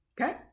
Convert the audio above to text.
okay